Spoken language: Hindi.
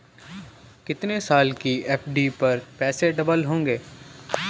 कितने साल की एफ.डी पर पैसे डबल होंगे?